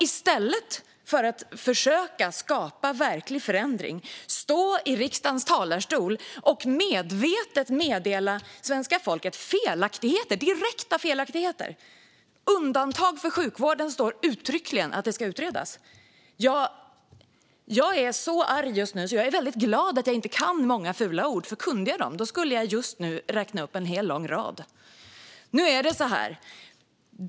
I stället för att försöka skapa verklig förändring står man i riksdagens talarstol och meddelar medvetet svenska folket direkta felaktigheter. Det står uttryckligen att undantag för sjukvården ska utredas. Jag är så arg just nu att jag är glad att jag inte kan många fula ord. Kunde jag dem skulle jag just nu räkna upp en hel lång rad av dem.